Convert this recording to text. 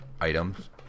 Items